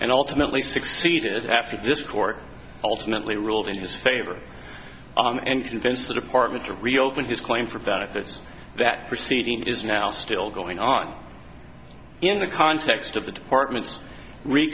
and ultimately succeeded after this court ultimately ruled in his favor and convinced the department to reopen his claim for benefits that proceeding is now still going on in the context of the department's re